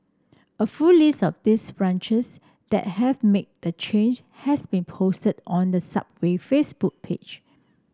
a full list of these branches that have made the change has been posted on the Subway Facebook page